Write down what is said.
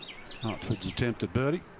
ah attempt at birdie.